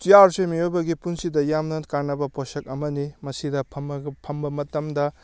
ꯆꯤꯌꯥꯔꯁꯤ ꯃꯤꯑꯣꯏꯕꯒꯤ ꯄꯨꯟꯁꯤꯗ ꯌꯥꯝꯅ ꯀꯥꯟꯅꯕ ꯄꯣꯠꯁꯛ ꯑꯃꯅꯤ ꯃꯁꯤꯗ ꯐꯝꯕ ꯃꯇꯝꯗ